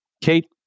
Kate